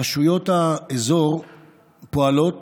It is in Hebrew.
רשויות האזור פועלות